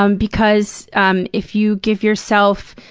um because um if you give yourself.